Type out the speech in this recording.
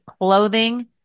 clothing